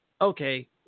okay